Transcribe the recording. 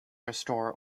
restore